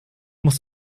muss